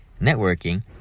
networking